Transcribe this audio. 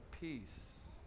peace